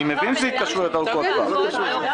אני מבין שמדובר בהתקשרויות ארוכות טווח.